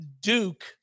Duke